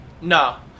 No